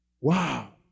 Wow